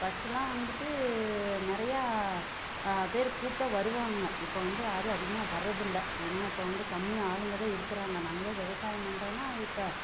ஃபர்ஸ்டுலாம் வந்துவிட்டு நிறையா பேர் கூப்பிடா வருவாங்க இப்போ வந்து யாரும் அதிகமாக வர்றதில்லை ஏன்னா இப்போ வந்து கம்மி ஆளுங்க தான் இருக்கிறாங்க நாங்களே விவசாயம் பண்ணுறோனா இப்போ